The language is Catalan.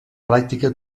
pràctica